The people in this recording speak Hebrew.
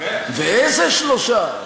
ואיזה שלושה,